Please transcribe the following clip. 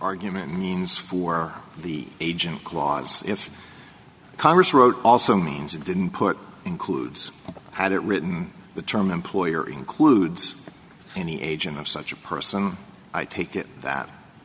argument means for the agent clause if congress wrote also means it didn't put includes had it written the term employer includes any agent of such a person i take it that